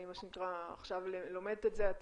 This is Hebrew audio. אני מה שנקרא עכשיו לומדת את זה,